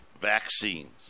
vaccines